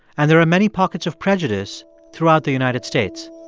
and there are many pockets of prejudice throughout the united states.